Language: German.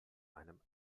einem